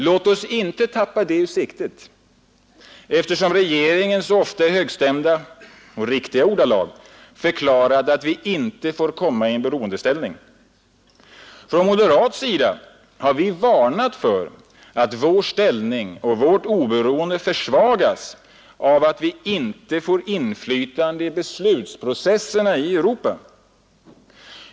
Låt oss inte tappa det ur siktet, eftersom regeringen så ofta i högstämda ordalag — och fullt riktigt — förklarat att vi inte får komma i beroendeställning. Från moderat sida har vi varnat för att vår ställning och vårt oberoende försvagas av att vi inte får inflytande på beslutsprocesserna i Europa.